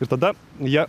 ir tada jie